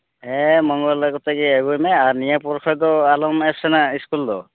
ᱦᱮᱸ ᱢᱚᱝᱜᱚᱞ ᱵᱟᱨ ᱠᱚᱛᱮ ᱜᱮ ᱟᱹᱜᱩᱭ ᱢᱮ ᱟᱨ ᱱᱤᱭᱟᱹ ᱯᱚᱨ ᱠᱷᱚᱱ ᱫᱚ ᱟᱞᱚᱢ ᱮᱵᱥᱮᱱᱴᱼᱟ ᱤᱥᱠᱩᱞ ᱫᱚ